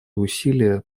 усилия